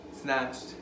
snatched